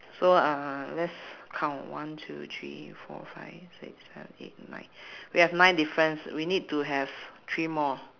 so uh let's count one two three four five six seven eight nine we have nine difference we need to have three more